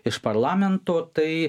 iš parlamento tai